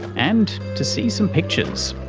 and to see some pictures